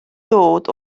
ddod